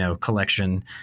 collection